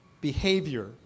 behavior